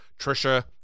Trisha